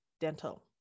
dental